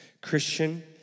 Christian